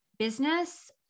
Business